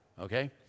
okay